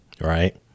right